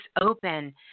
open